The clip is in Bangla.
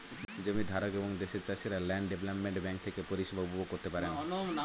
জমির ধারক এবং দেশের চাষিরা ল্যান্ড ডেভেলপমেন্ট ব্যাঙ্ক থেকে পরিষেবা উপভোগ করতে পারেন